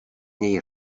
něj